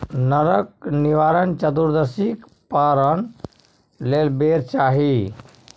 नरक निवारण चतुदर्शीक पारण लेल बेर चाही